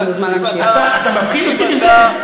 אתה מפחיד אותי בזה?